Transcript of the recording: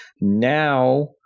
Now